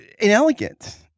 inelegant